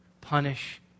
punish